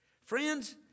Friends